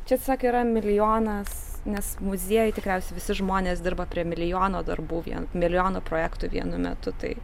čia tiesiog yra milijonas nes muziejuj tikriausiai visi žmonės dirba prie milijono darbų vien milijono projektų vienu metu tai